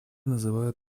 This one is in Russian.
называют